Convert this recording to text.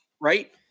right